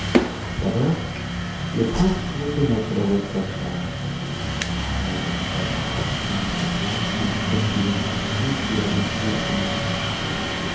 d'abord le prince crut reconnaître la voix de sa femme mais elle n'eut pas parlé un demi-quart d'heure qu'il perdit le soupçon qu'il avait eu au commencement